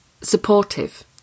supportive